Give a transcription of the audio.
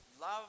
Love